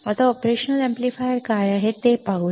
आता operational amplifiers काय आहेत ते पाहूया